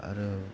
आरो